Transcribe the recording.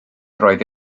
roedd